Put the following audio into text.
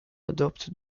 adoptent